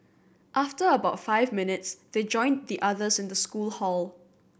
after about five minutes they joined the others in the school hall